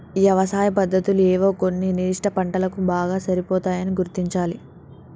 యవసాయ పద్దతులు ఏవో కొన్ని నిర్ధిష్ట పంటలకు బాగా సరిపోతాయని గుర్తించాలి